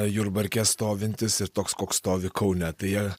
jurbarke stovintis ir toks koks stovi kaune tai jie